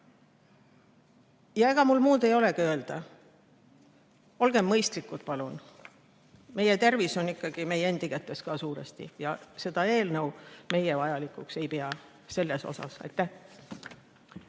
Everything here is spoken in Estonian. Ega mul muud ei olegi öelda. Olgem mõistlikud, palun! Meie tervis on ikkagi meie endi kätes ka suuresti ja seda eelnõu meie vajalikuks ei pea. Aitäh!